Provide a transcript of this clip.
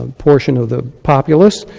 um fortune of the populace.